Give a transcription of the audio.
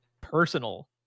personal